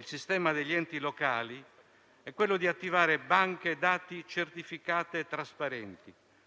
sistema degli enti locali - è quello di attivare banche dati certificate e trasparenti,